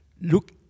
Look